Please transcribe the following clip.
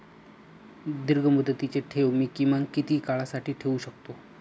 दीर्घमुदतीचे ठेव मी किमान किती काळासाठी ठेवू शकतो?